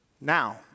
Now